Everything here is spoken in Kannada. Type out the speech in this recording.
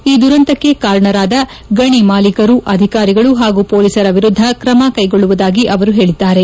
ಈ ದುರಂತಕ್ಕೆ ಕಾರಣರಾದ ಗಣಿ ಮಾಲೀಕರು ಅಧಿಕಾರಿಗಳು ಹಾಗೂ ಪೊಲೀಸರ ವಿರುದ್ದ ಕ್ರಮ ಕೈಗೊಳ್ಳುವುದಾಗಿ ಅವರು ಹೇಳಿದ್ದಾರೆ